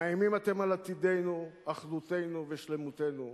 מאיימים אתם על עתידנו, אחדותנו ושלמותנו.